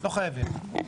לא חייבים.